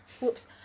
whoops